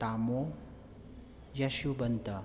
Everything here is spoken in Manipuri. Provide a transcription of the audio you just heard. ꯇꯥꯃꯣ ꯌꯥꯁꯨꯕꯟꯇ